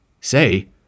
Say